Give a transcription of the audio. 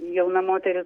jauna moteris